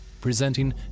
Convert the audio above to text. presenting